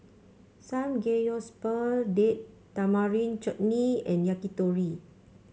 Samgeyopsal Date Tamarind Chutney and Yakitori